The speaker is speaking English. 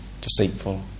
deceitful